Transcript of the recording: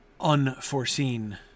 unforeseen